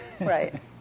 Right